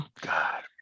God